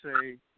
say